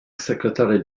secretary